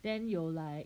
then 有 like